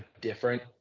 different